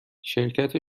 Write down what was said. شرکت